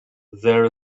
there